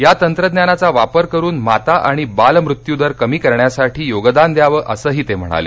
या तंत्रज्ञानाचा वापर करून माता आणि बाल मृत्यूदर कमी करण्यासाठी योगदान द्यावं असंही ते म्हणाले